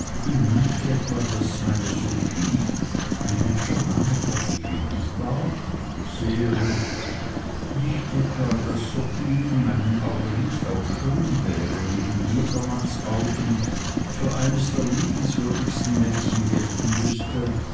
nicht etwa daß meine sophie ein hübscher name copperfield nicht wahr sehr hübsch nicht etwa daß sophie in meinen augen nicht auch schön wäre und in jedermanns augen für eines der liebenswürdigsten mädchen gelten müßte